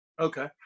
okay